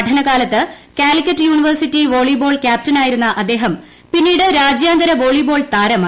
പഠനകാലത്ത് Calicut university volleyball ക്യാപ്റ്റനായിരുന്ന അദ്ദേഹം പിന്നീട് രാജ്യാന്തര വോളിബോൾ താരമായി